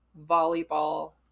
volleyball